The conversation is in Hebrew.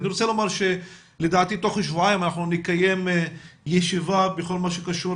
אני רוצה לומר שלדעתי תוך שבועיים נקיים ישיבה בכל מה שקשור